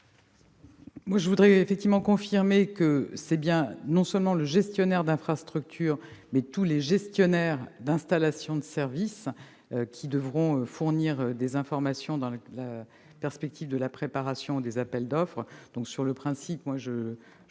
du Gouvernement ? Je veux confirmer que c'est non pas seulement le gestionnaire d'infrastructures, mais bien tous les gestionnaires d'installations de services qui devront fournir des informations dans la perspective de la préparation des appels d'offres.